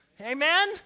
Amen